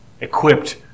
equipped